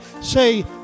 say